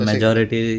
Majority